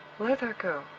let that go.